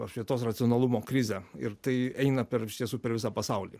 apšvietos racionalumo krizę ir tai eina per iš tiesų per visą pasaulį